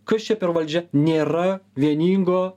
kas čia per valdžia nėra vieningo